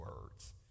words